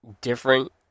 different